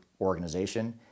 organization